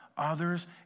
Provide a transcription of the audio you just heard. others